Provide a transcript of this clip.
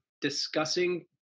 discussing